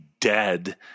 dead